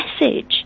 message